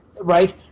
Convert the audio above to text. right